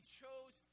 chose